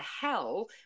hell